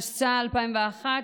התשס"א 2001,